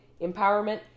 empowerment